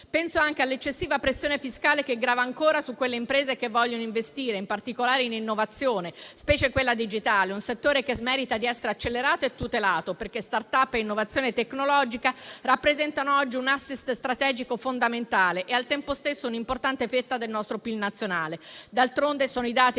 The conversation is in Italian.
Penso anche all'eccessiva pressione fiscale che grava ancora su quelle imprese che vogliono investire in particolare in innovazione, specie quella digitale, un settore che merita di essere accelerato e tutelato, perché *start up* e innovazione tecnologica rappresentano oggi un *asset* strategico fondamentale e al tempo stesso un importante fetta del nostro PIL nazionale. D'altronde, sono i dati e le